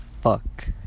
fuck